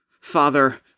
Father